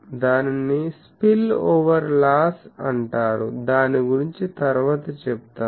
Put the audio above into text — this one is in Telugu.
దానిని స్పిల్ ఓవర్ లాస్ అంటారు దాని గురించి తరువాత చెప్తాము